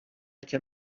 can